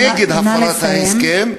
נגד הפרת ההסכם,